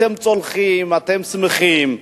אתם צוהלים, אתם שמחים,